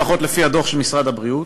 לפחות לפי הדוח של משרד הבריאות,